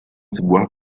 sebuah